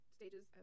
stages